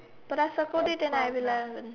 but I circled it and I have eleven